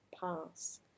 pass